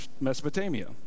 Mesopotamia